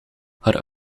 haar